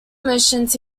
missions